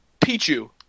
Pichu